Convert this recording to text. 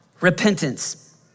repentance